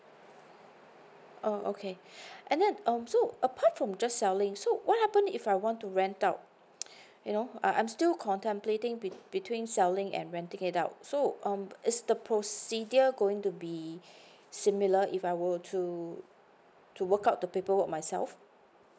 oh okay and then um so apart from just selling so what happen if I want to rent out you know I I'm still contemplating between selling and renting it out so um is the procedure going to be similar if I were to to work out the paperwork myself